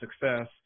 success